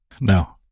No